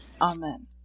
Amen